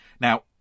Now